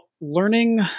learning